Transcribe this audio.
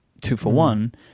two-for-one